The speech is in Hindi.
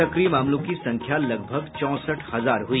सक्रिय मामलों की संख्या लगभग चौंसठ हजार हुई